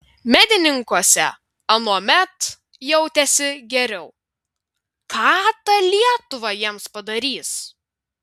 medininkuose anuomet jautėsi geriau ką ta lietuva jiems padarys